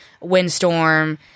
windstorm